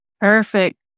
Perfect